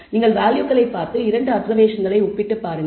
நீங்கள் வேல்யூகளைப் பார்த்து 2 அப்சர்வேஷன்களை ஒப்பிட்டுப் பாருங்கள்